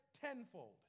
tenfold